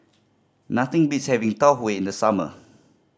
nothing beats having Tau Huay in the summer